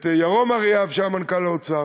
את ירום אריאב, שהיה מנכ"ל האוצר,